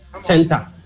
center